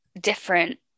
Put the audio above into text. different